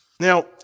Now